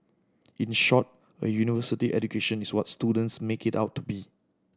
in short a university education is what students make it out to be